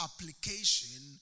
application